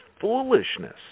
foolishness